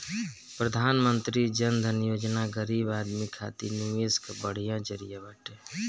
प्रधानमंत्री जन धन योजना गरीब आदमी खातिर निवेश कअ बढ़िया जरिया बाटे